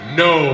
no